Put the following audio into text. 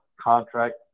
Contract